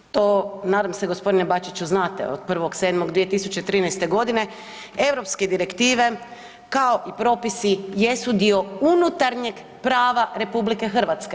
To nadam se gospodine Bačiću znate, od 1.7.2013. godine europske direktive kao i propisi jesu dio unutarnjeg prava RH.